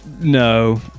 No